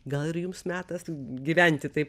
gal ir jums metas gyventi taip